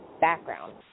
background